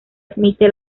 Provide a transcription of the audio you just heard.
admite